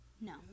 no